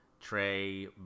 Trey